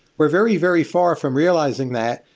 we're very, very far from realizing that,